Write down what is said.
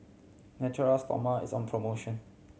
Natura Stoma is on promotion